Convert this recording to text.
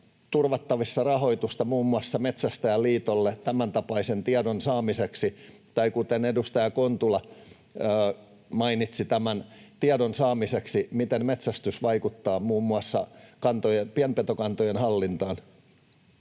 turvattavissa rahoitusta muun muassa Metsästäjäliitolle tämäntapaisen tiedon saamiseksi, tai kuten edustaja Kontula mainitsi, tiedon saamiseksi siitä, miten metsästys vaikuttaa muun muassa pienpetokantojen hallintaan?